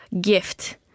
Gift